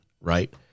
Right